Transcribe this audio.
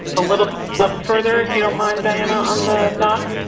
a little further, if you don't mind diana on the doc.